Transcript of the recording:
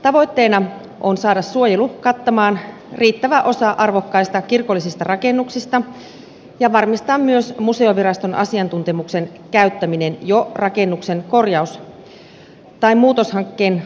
tavoitteena on saada suojelu kattamaan riittävä osa arvokkaista kirkollisista rakennuksista ja varmistaa myös museoviraston asiantuntemuksen käyttäminen jo rakennuksen korjaus tai muutoshankkeen alussa